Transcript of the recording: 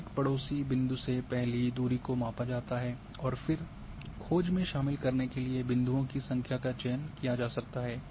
प्रत्येक पड़ोसी बिंदु से पहली दूरी को मापा जाता है और फिर खोज में शामिल करने के लिए बिन्दुओ की संख्या का चयन किया जा सकता है